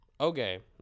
Okay